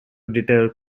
deter